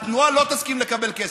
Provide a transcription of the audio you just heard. התנועה לא תסכים לקבל כסף.